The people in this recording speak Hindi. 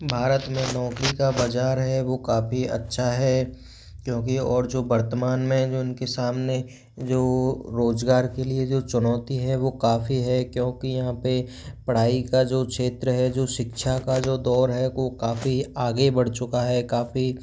भारत में नौकरी का बाज़ार है वह काफ़ी अच्छा है क्योंकि और जो वर्तमान में जो उनके सामने जो रोज़गार के लिए जो चुनौती है वो काफ़ी है क्योंकि यहाँ पर पढ़ाई का जो क्षेत्र है जो शिक्षा का जो दौर है वह काफ़ी आगे बढ़ चुका है काफ़ी